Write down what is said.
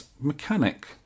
mechanic